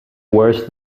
worse